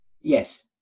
Yes